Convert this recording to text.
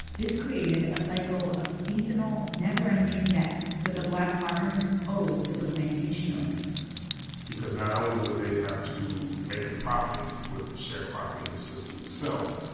this created a cycle of seasonal, never-ending debt that the black farmers owed to the plantation owners because not only would they have to make a profit with the sharecropping system itself,